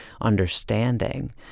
understanding